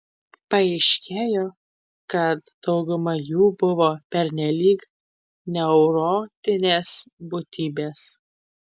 paaiškėjo kad dauguma jų buvo pernelyg neurotinės būtybės